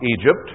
Egypt